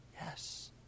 Yes